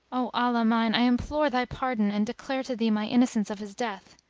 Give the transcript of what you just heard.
o allah mine, i implore thy pardon and declare to thee my innocence of his death.